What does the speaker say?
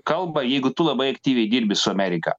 kalbą jeigu tu labai aktyviai dirbi su amerika